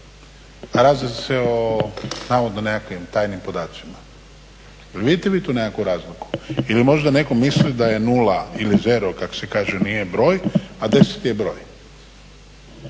a radi se navodno nekakvim tajnim podacima? Je li vidite tu nekakvu razliku? Ili možda neko misli da je nula ili zero, kako se kaže nije broj a 10 je broj.